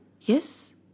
yes